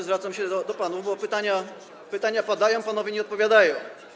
Zwracam się do panów, bo pytania padają, panowie nie odpowiadają.